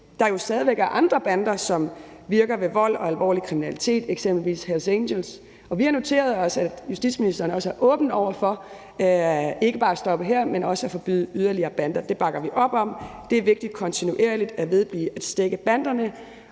mens der stadig er andre bander, som virker ved vold og alvorlig kriminalitet, eksempelvis Hells Angels, og vi har noteret os, at justitsministeren også er åben over for ikke bare at stoppe her, men også at forbyde yderligere bander, og det bakker vi op om. Det er vigtigt kontinuerligt at fortsætte med at stække banderne,